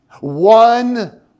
One